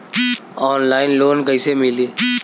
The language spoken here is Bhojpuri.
ऑनलाइन लोन कइसे मिली?